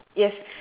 ya